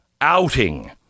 outing